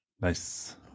Nice